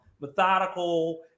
methodical